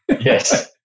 yes